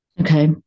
Okay